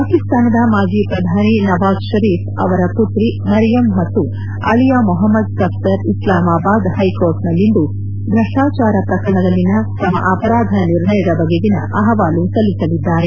ಪಾಕಿಸ್ತಾನದ ಮಾಜಿ ಪ್ರಧಾನಿ ನವಾಜ್ ಷರೀಫ್ ಅವರ ಪುತ್ರಿ ಮರಿಯಮ್ ಮತ್ತು ಅಳಿಯ ಮೊಹಮ್ನದ್ ಸಫ್ದರ್ ಇಸ್ಲಾಮಾಬಾದ್ ಹೈಕೋರ್ಟ್ನಲ್ಲಿಂದು ಭ್ರಷ್ಟಾಚಾರ ಪ್ರಕರಣದಲ್ಲಿನ ತಮ್ಮ ಅಪರಾಧ ನಿರ್ಣಯದ ಬಗೆಗಿನ ಅಹವಾಲು ಸಲ್ಲಿಸಲಿದ್ದಾರೆ